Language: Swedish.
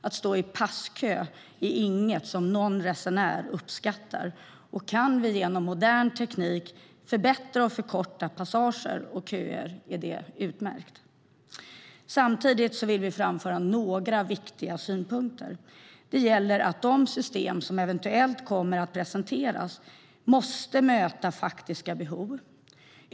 Att stå i passkö är inget som någon resenär uppskattar, och kan vi genom modern teknik förbättra och förkorta passager och köer är det utmärkt. Samtidigt vill vi framföra några synpunkter. Det gäller att de system som eventuellt kommer att presenteras måste möta faktiska behov.